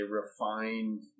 refined